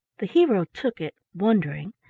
the hero took it wondering,